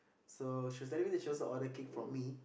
so she was telling me that she wants to order cake from me